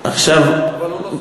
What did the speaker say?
אבל הוא לא סובל.